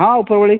ହଁ ଉପରଓଳି